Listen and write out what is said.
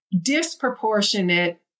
disproportionate